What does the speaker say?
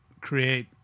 create